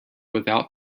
without